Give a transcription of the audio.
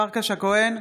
פרקש הכהן,